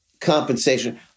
compensation